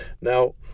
now